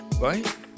Right